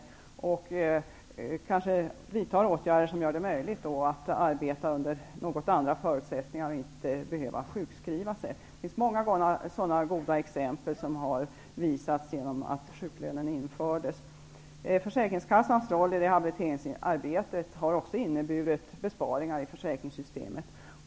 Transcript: Arbetsgivaren kan då vidta åtgärder som gör det möjligt att arbeta under något andra förutsättningar och inte behöva sjukskriva sig. Det finns många sådana goda exempel som kommit fram genom att sjuklönen infördes. Försäkringskassans roll i rehabiliteringsarbetet har också inneburit besparingar i försäkringssystemet.